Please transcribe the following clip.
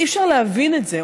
אי-אפשר להבין את זה,